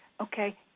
okay